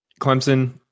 Clemson